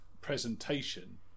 presentation